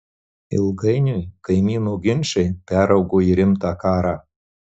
ilgainiui kaimynų ginčai peraugo į rimtą karą